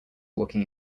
walking